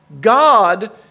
God